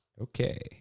Okay